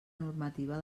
normativa